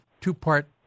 two-part